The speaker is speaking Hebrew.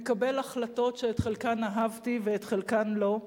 מקבל החלטות שאת חלקן אהבתי ואת חלקן לא.